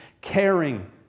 caring